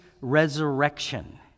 resurrection